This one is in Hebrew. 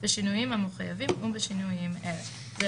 בשינויים המחויבים ובשינויים אלה: זה